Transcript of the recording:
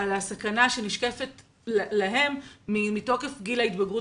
מהסכנה שנשקפת להם בגיל ההתבגרות